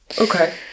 Okay